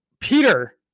Peter